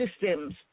systems